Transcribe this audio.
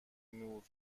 نور